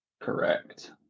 Correct